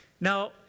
Now